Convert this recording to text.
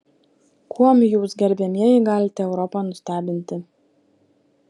kuom jūs gerbiamieji galite europą nustebinti